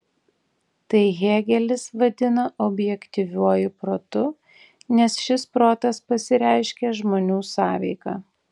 tai hėgelis vadina objektyviuoju protu nes šis protas pasireiškia žmonių sąveika